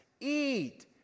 eat